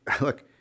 Look